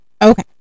Okay